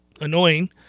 Annoying